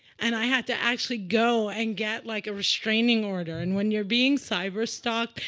and i had to actually go and get like a restraining order. and when you're being cyberstalked,